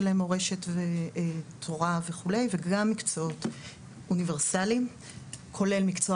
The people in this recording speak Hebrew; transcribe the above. מורשת ותורה וכולי וגם מקצועות אוניברסליים כולל מקצוע